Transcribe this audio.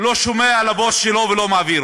לא שומע לבוס שלו ולא מעביר.